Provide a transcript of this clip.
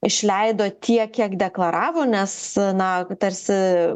išleido tiek kiek deklaravo nes na tarsi